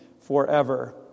forever